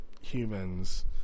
humans